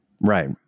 right